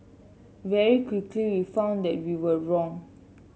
very quickly we found that we were wrong